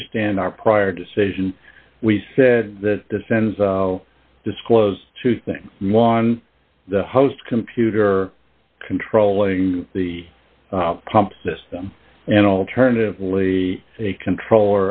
understand our prior decision we said that descends disclose two things one the host computer controlling the pump system and alternatively a control